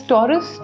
Taurus